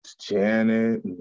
Janet